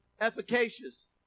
efficacious